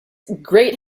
great